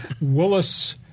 Willis